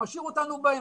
משאיר אותנו באמצע.